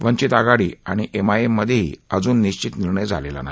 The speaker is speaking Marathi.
वंचित आघाडी आणि एम आय एम मधेही अजून निश्चित निर्णय झालेला नाही